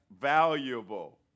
Valuable